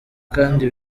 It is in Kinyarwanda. kandi